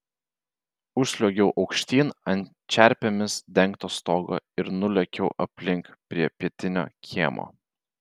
užsliuogiau aukštyn ant čerpėmis dengto stogo ir nulėkiau aplink prie pietinio kiemo